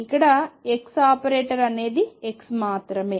ఇక్కడ x operator అనేది x మాత్రమే